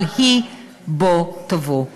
אבל היא בוא תבוא.